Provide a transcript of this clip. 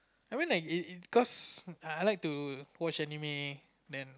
I went like it it because I like to watch anime then